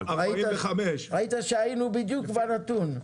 ראית שהיינו בדיוק בנתון.